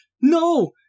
No